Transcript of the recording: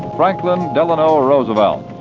franklin delano roosevelt.